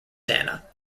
dana